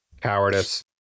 Cowardice